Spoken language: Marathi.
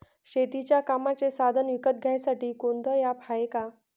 शेतीच्या कामाचे साधनं विकत घ्यासाठी कोनतं ॲप हाये का?